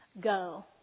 Go